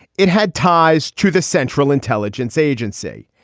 it had ties to the central intelligence agency.